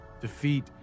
defeat